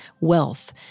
wealth